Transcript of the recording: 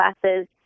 classes